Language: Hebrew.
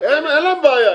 אין להם בעיה,